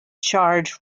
charge